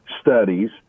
studies